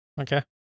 Okay